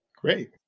Great